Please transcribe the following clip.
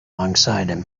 alongside